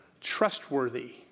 trustworthy